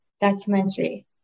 documentary